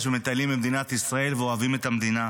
ומטיילים במדינת ישראל ואוהבים את המדינה.